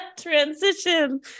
transition